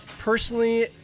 Personally